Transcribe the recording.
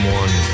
one